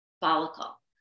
follicle